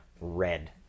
red